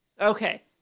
Okay